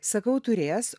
sakau turės